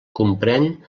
comprèn